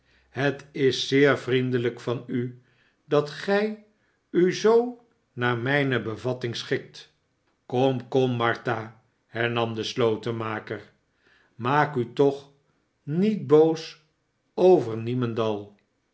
het is zeer vnen delijk van u dat gij u zoo naar mijne bevatting schikt kom kom martha hernam de slotenmaker smaak u toch niet boos over niemendal